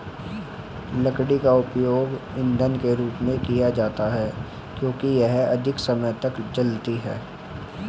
लकड़ी का उपयोग ईंधन के रूप में किया जाता है क्योंकि यह अधिक समय तक जलती है